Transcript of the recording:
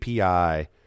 API